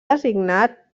designat